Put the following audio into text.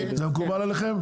זה מקובל עליכם?